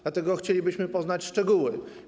Dlatego chcielibyśmy poznać szczegóły.